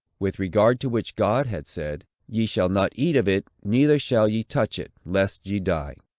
with regard to which god had said, ye shall not eat of it, neither shall ye touch it, lest ye die.